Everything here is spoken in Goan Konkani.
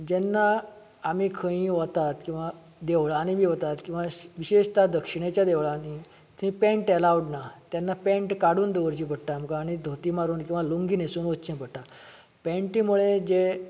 जेन्ना आमी खंयीय वतात किंवा देवळांनी बी वतात किंवा विशेशता दक्षिणेच्या देवळांनी थंय पॅण्ट एलावड ना तेन्ना पेंट काडून दवरची पडटा आमकां आनी धोती मारून किंवा लुंगी न्हेसून वच्चे पडटा आमकां पेंटी मुळें जें